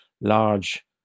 large